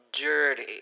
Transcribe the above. dirty